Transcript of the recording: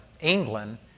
England